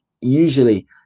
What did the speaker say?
usually